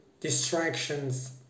distractions